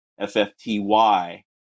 FFTY